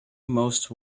most